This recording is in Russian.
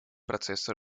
процессу